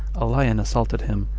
a lion assaulted him,